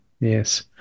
yes